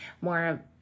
more